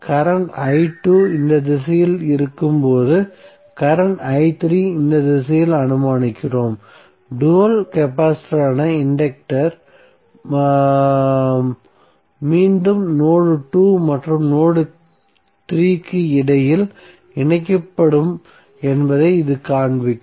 current i2 இந்த திசையில் இருக்கும் போது கரண்ட் i3 ஐ இந்த திசையில் அனுமானிக்கிறோம் டூயல் கெபாசிட்டரான இன்டக்டர் மீண்டும் நோட் 2 மற்றும் நோட் 3 க்கு இடையில் இணைக்கப்படும் என்பதை இது காண்பிக்கும்